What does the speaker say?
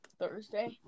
thursday